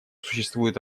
существуют